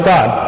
God